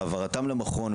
העברתם למכון,